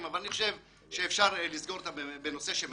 אבל אני חושב שאפשר לסגור בנושא של מרחקים.